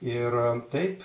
ir taip